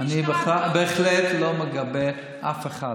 אני בהחלט לא מגבה אף אחד.